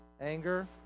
anger